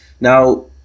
Now